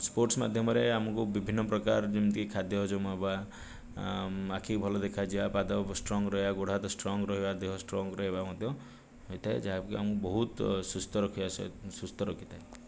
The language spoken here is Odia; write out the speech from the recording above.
ସ୍ପୋର୍ଟସ୍ ମାଧ୍ୟମରେ ଆମକୁ ବିଭିନ୍ନ ପ୍ରକାର ଯେମିତିକି ଖାଦ୍ୟ ହଜମ ହେବା ଆଖିକୁ ଭଲ ଦେଖାଯିବା ପାଦ ଷ୍ଟ୍ରଙ୍ଗ୍ ରହିବା ଗୋଡ଼ହାତ ଷ୍ଟ୍ରଙ୍ଗ୍ ରହିବା ଦେହ ଷ୍ଟ୍ରଙ୍ଗ୍ ରହିବା ମଧ୍ୟ ହୋଇଥାଏ ଯାହାକି ଆମକୁ ବହୁତ ସୁସ୍ଥ ରଖିବା ସୁସ୍ଥ ରଖିଥାଏ